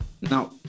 Now